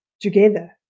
together